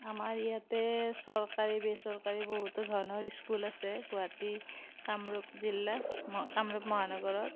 আমাৰ ইয়াতে চৰকাৰী বেচৰকাৰী বহুতো ধৰণৰ স্কুল আছে গুৱাহাটী কামৰূপ জিলা কামৰূপ মহানগৰত